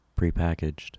prepackaged